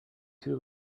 too